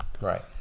Right